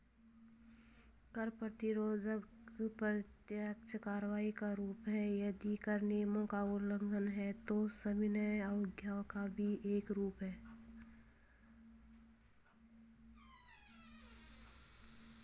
कर प्रतिरोध प्रत्यक्ष कार्रवाई का रूप है, यदि कर नियमों का उल्लंघन है, तो सविनय अवज्ञा का भी एक रूप है